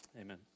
Amen